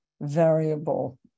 variable